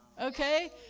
okay